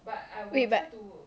wait but